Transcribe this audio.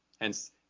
Hence